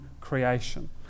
creation